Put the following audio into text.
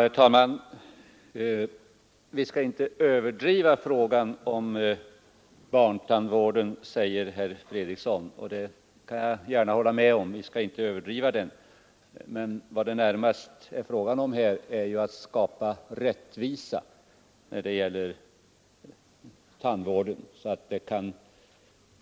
Herr talman! Vi skall inte överdriva frågan om barntandvård, säger herr Fredriksson. Det kan jag gärna hålla med om, men vad det närmast är fråga om här är att skapa rättvisa när det gäller tandvården så att barn och ungdomar kan